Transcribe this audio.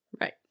Right